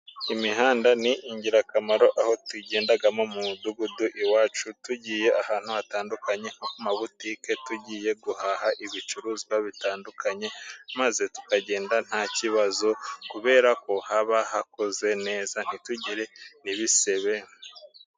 Imihanda ni ingirakamaro aho tuyigendamo mu mudugudu iwacu tugiye ahantu hatandukanye, mu mabutike tugiye guhaha ibicuruzwa bitandukanye, maze tukagenda nta kibazo kubera ko haba hakoze neza ntitugire n'ibisebe.